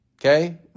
okay